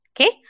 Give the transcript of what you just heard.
Okay